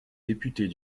députés